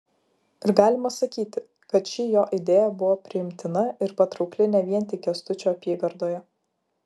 ir galima sakyti kad ši jo idėja buvo priimtina ir patraukli ne vien tik kęstučio apygardoje